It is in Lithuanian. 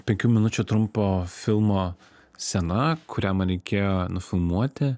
penkių minučių trumpo filmo scena kurią man reikėjo nufilmuoti